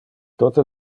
tote